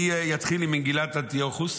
אני אתחיל עם מגילת אנטיוכוס,